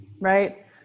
right